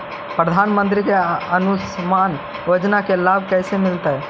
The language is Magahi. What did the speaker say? प्रधानमंत्री के आयुषमान योजना के लाभ कैसे मिलतै?